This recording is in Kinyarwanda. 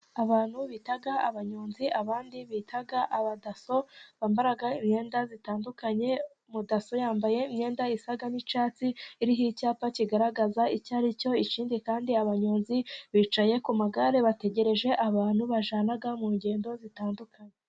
Abantu bita abanyonzi, abandi bita abadaso, bambara imyenda itandukanye, umudaso yambaye imyenda isa n'icyatsi, iriho icyapa kigaragaza icyo ari cyo, ikindi kandi abanyonzi bicaye ku magare, bategereje abantu bajyana mu ngendo zitandukanye.